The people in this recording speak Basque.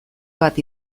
bat